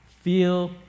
Feel